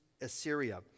Assyria